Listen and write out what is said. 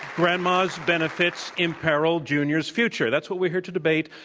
grandma's benefits imperil junior's future? that's what we're here to debate,